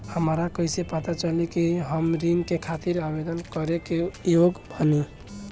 हमरा कइसे पता चली कि हम ऋण के खातिर आवेदन करे के योग्य बानी?